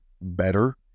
better